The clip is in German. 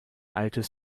altes